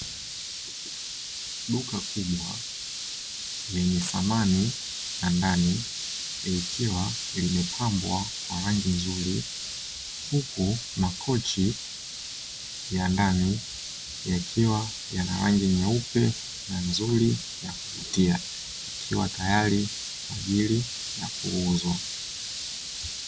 Duka kubwa lenye samani za ndani likiwa limepambwa kwa rangi nzuri, huku makochi ya ndani yakiwa yana rangi nyeupe na nzuri ya kuvutia, yakiwa tayari kwa ajili ya kuuzwa.